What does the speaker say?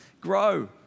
grow